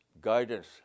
guidance